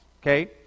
Okay